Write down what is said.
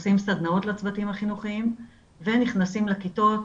עושים סדנאות לצוותים החינוכיים ונכנסים לכיתות